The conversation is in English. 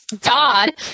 God